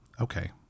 okay